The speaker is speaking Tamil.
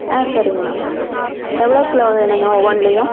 ஆ சரிங்க மேம் எவ்வளோ கிலோ வேணும்ங்க ஒவ்வொன்றுலையும்